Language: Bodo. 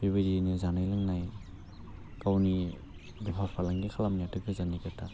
बेबायदियैनो जानाय लोंनाय गावनि बेफार फालांगि खालामनायाथ' गोजाननि खोथा